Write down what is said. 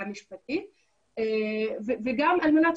אוקיי, תודה,